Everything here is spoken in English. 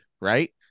right